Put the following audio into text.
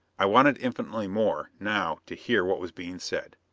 i wanted infinitely more, now, to hear what was being said.